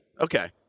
Okay